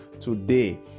today